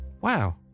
wow